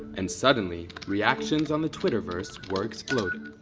and suddenly, reactions on the twitterverse were exploding.